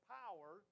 power